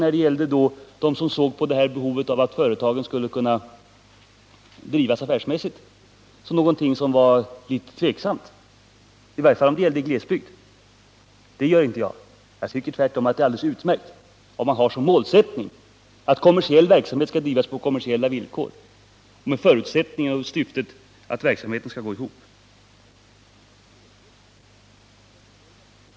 När det gällde dem som ansåg att företagen skulle kunna drivas affärsmässigt använde Hans Alsén uttryck som antydde att det var något som var litet tveksamt, i varje fall när det gällde glesbygd. Det anser inte jag. Jag tycker tvärtom att det är alldeles utmärkt om man har som målsättning att kommersiell verksamhet skall drivas på kommersiella villkor med syfte att verksamheten skall gå ihop.